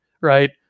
Right